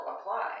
apply